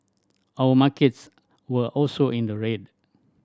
our markets were also in the red